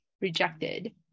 Rejected